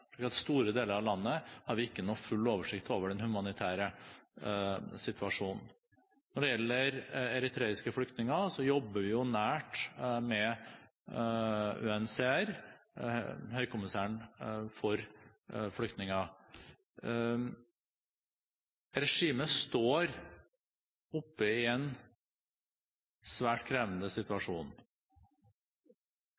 store deler av landet har vi ikke noen full oversikt over den humanitære situasjonen. Når det gjelder eritreiske flyktninger, jobber vi nært med UNHCR, Høykommissæren for flyktninger. Regimet står oppe i en svært krevende